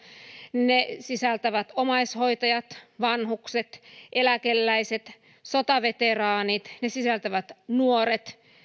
ne sisältävät omaishoitajat vanhukset eläkeläiset sotaveteraanit ne sisältävät nuoret